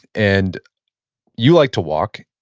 and you like to walk,